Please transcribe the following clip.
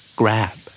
grab